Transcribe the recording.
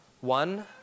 one